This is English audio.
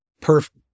perfect